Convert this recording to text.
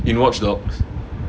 in watchdogs